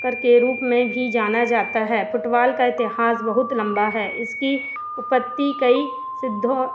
sucker के रूप में भी जाना जाता है फ़ुटवाल का इतिहास बहुत लम्बा है इसकी उपत्ती कई सिद्धों